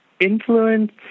Influence